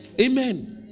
Amen